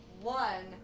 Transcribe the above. One